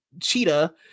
cheetah